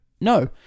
No